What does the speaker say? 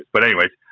but, anyway,